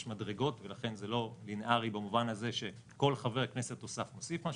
יש מדרגות ולכן זה לא לינארי במובן הזה שכל חבר כנסת נוסף מוסיף משהו.